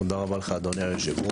תודה רבה לך אדוני היושב-ראש,